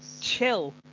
chill